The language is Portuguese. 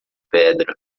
pedra